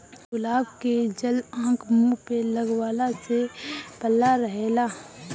गुलाब के जल आँख, मुंह पे लगवला से पल्ला रहेला